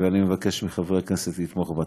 ואני מבקש מחברי הכנסת לתמוך בה.